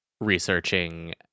researching